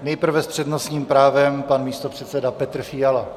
Nejprve s přednostním právem pan místopředseda Petr Fiala.